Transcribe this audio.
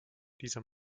dieser